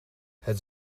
het